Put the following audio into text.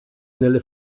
nelle